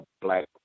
black